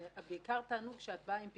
בעיקר תענוג כשאת באה עם פתרונות.